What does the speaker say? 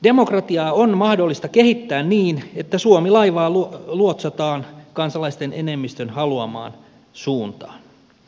demokratiaa on mahdollista kehittää niin että suomi laivaa luotsataan kansalaisten enemmistön haluamaan suuntaan